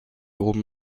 oben